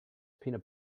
peanut